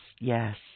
Yes